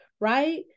right